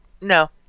No